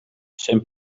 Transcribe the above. zijn